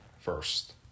first